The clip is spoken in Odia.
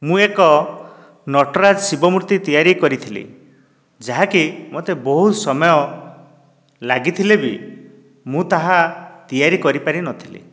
ମୁଁ ଏକ ନଟରାଜ ଶିବମୂର୍ତ୍ତି ତିଆରି କରିଥିଲି ଯାହାକି ମୋତେ ବହୁତ ସମୟ ଲାଗିଥିଲେ ବି ମୁଁ ତାହା ତିଆରି କରି ପାରିନଥିଲି